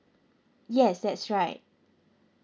yes that's right